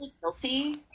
guilty